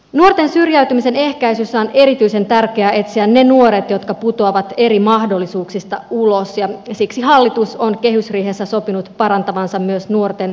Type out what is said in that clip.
nuorten syrjäytymisen ehkäisyssä on erityisen tärkeää etsiä ne nuoret jotka putoavat eri mahdollisuuksista ulos ja siksi hallitus on kehysriihessä sopinut parantavansa myös nuorten kuntoutustoimia